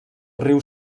riu